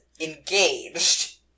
engaged